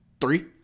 Three